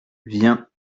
viens